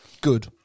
good